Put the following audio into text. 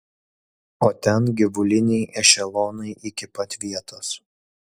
o ten gyvuliniai ešelonai iki pat vietos